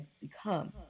become